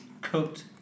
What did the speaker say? cooked